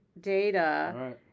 data